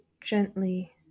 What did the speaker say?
gently